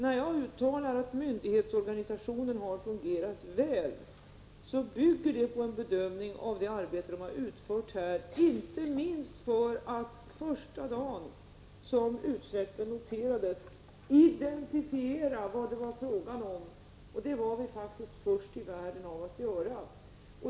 När jag uttalar att myndighetsorganisationen har fungerat väl, bygger det på en bedömning av det arbete myndigheterna har utfört här — inte minst genom att första dagen som utsläppen noterades identifiera vad det var fråga om. Det var vi faktiskt först i världen med att göra.